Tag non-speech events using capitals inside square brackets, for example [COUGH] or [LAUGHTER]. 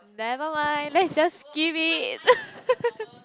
never mind let's just skip it [LAUGHS]